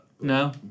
No